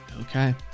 Okay